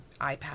iPad